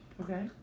okay